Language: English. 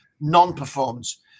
non-performance